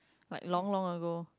like long long ago